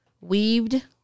weaved